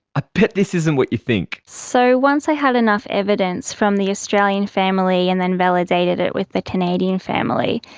i bet this isn't what you think. so once i had enough evidence from the australian family and then validated it with the canadian family,